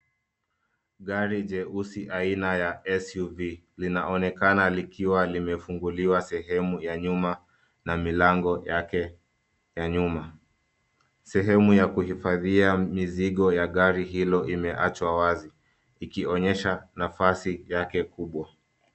Gari jeusi aina ya S.U.V linaonekana likiwa limefunguliwa sehemu ya nyuma na milango yake ya nyuma. Sehemu ya kuhifadhia mizigo ya gari hilo imeachwa wazi. Ikionyesha nafasi yake kubwa.